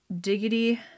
diggity